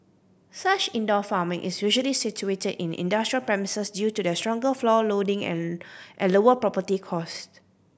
such indoor farming is usually situated in industrial premises due to their stronger floor loading and and lower property cost